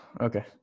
Okay